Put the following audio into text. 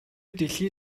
дэлхий